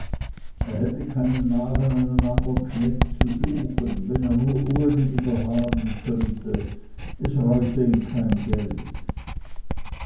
hätte keinen magen einen andern knecht zu suchen wenn er nur uli wieder haben könnte es reute ihn kein geld